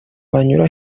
banyura